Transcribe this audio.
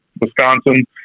Wisconsin